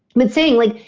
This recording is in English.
but saying like,